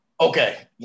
Okay